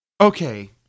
Okay